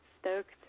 stoked